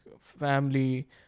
family